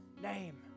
name